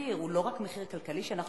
שהמחיר הוא לא רק מחיר כלכלי שאנחנו